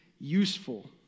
useful